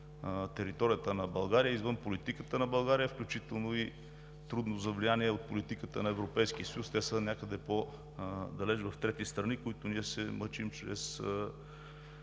територията на България, извън политиката на България, включително и трудно за влияние от политиката на Европейския съюз, които са някъде далеч в трети страни и които ние се мъчим чрез